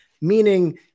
meaning